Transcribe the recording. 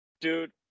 dude